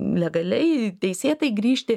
legaliai teisėtai grįžti